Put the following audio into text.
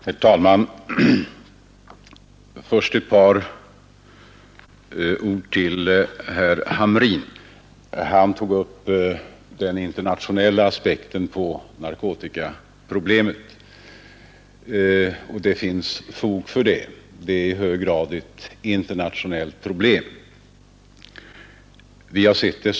Herr talman! Först ett par ord till herr Hamrin, som tog upp den internationella aspekten på narkotikaproblemet. Det finns fog för att göra det, eftersom narkotikaproblemet i hög grad är internationellt.